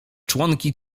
członki